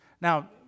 Now